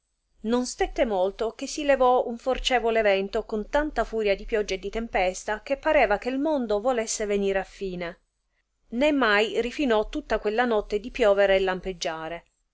non stette molto che si levò un forcevole vento con tanta furia di pioggia e di tempe sosta che pareva che il mondo volesse venir a fine né mai ritìnò tutta quella notte di piovere e lampeggiare